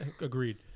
Agreed